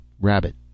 Rabbit